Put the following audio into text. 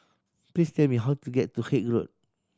please tell me how to get to Haig Road